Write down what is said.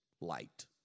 light